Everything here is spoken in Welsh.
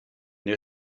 neu